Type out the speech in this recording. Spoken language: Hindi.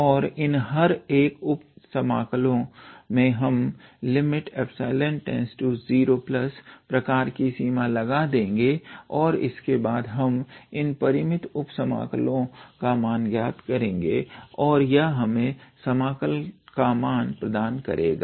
और इन हर एक उप समाकलो मैं हम ∈→0 प्रकार की सीमा लगा देंगे और इसके बाद हम इन परिमित उप समाकलों का मान ज्ञात करेंगे और यह हमें समाकल का मान प्रदान करेगा